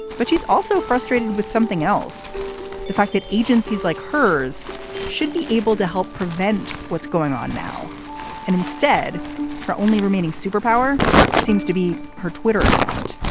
but she's also frustrated with something else the fact that agencies like hers should be able to help prevent what's going on now and instead her only remaining superpower seems to be her twitter account